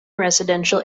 residential